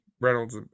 Reynolds